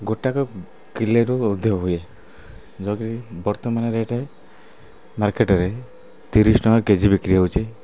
ଗୋଟାକ କିଲେରୁ ଅଧିକ ହୁଏ ଯେଉଁଥିରେ କି ବର୍ତ୍ତମାନ ରେଟ୍ ମାର୍କେଟ୍ରେ ତିରିଶି ଟଙ୍କା କେଜି ବିକ୍ରି ହଉଛି